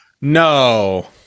no